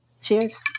Cheers